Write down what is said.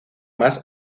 más